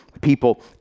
people